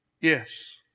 Yes